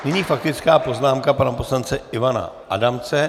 Nyní faktická poznámka pana poslance Ivana Adamce.